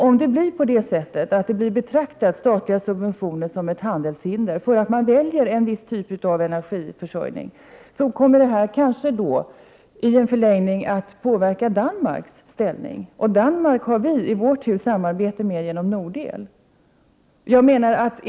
Om statliga subventioner för att man väljer en viss typ av energiförsörjning betraktas som handelshinder, kommer det kanske i en förlängning att påverka Danmarks ställning. Vi har i vår tur samarbete med Danmark genom Nord-el.